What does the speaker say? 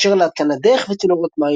ואשר להתקנת דרך וצינורות מים,